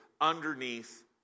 underneath